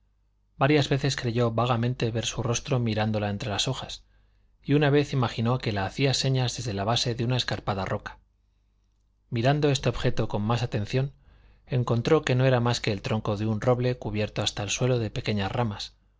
varias veces creyó vagamente ver su rostro mirándola entre las hojas y una vez imaginó que la hacía señas desde la base de una escarpada roca mirando este objeto con más atención encontró que no era más que el tronco de un roble cubierto hasta el suelo de pequeñas ramas